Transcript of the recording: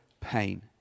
pain